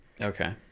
Okay